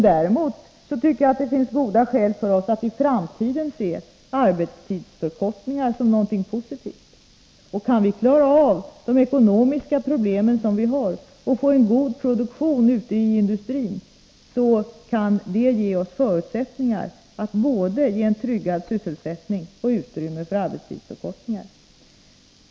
Däremot tycker jag att det finns goda skäl för oss att i framtiden se arbetstidsförkortningar som någonting positivt. Kan vi klara av de ekonomiska problem vi har och få en god produktion ute i industrin, så kan det ge oss förutsättningar att både ge en tryggad sysselsättning och utrymme för arbetstidsförkortning.